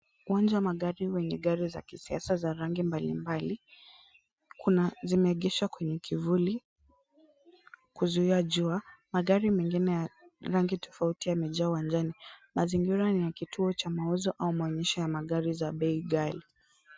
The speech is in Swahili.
Uwanja wa magari wenye gari za kisiasa za rangi mbalimbali. Kuna zimeegeshwa kwenye kivuli kuzuia jua. Magari mengine ya rangi tofauti yamejaa uwanjani. Mazingira ni ya kituo cha mauzo au maonyesho ya magari za bei ghali.